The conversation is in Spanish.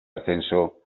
ascenso